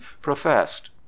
professed